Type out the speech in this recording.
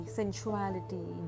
sensuality